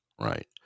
Right